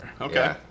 Okay